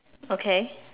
okay